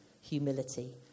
humility